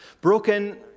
broken